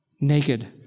naked